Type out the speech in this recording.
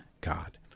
God